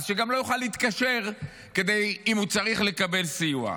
אז שגם לא יוכל להתקשר אם הוא צריך לקבל סיוע.